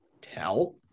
tell